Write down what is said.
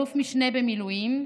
אלוף משנה במילואים,